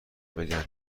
بگن